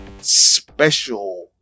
special